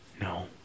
No